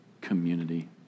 community